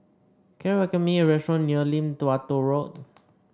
can you recommend me a restaurant near Lim Tua Tow Road